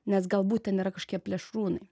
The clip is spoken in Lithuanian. nes galbūt ten yra kažkokie plėšrūnai